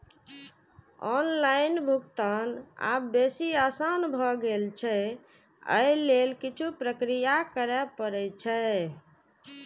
online कर भुगतान आब बेसी आसान भए गेल छै, अय लेल किछु प्रक्रिया करय पड़ै छै